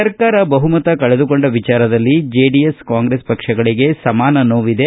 ಸರ್ಕಾರ ಬಹುಮತ ಕಳೆದುಕೊಂಡ ವಿಚಾರದಲ್ಲಿ ಜೆಡಿಎಸ್ ಕಾಂಗ್ರೆಸ್ ಪಕ್ಷಗಳಿಗೆ ಸಮಾನ ನೋವಿದೆ